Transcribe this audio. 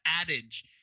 adage